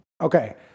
Okay